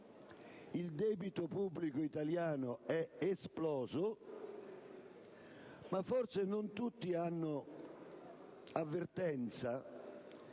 il debito pubblico italiano è esploso, ma forse non tutti hanno avvertenza